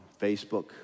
Facebook